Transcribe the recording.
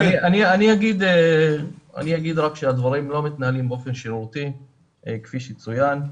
אני אגיד רק שהדברים לא מתנהלים באופן שרירותי כפי שצוין.